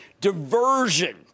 diversion